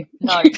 no